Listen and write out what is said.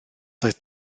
doedd